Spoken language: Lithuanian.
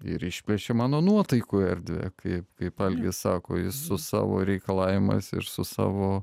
ir išplečia mano nuotaikų erdvę kaip kaip algis sako ji su savo reikalavimais ir su savo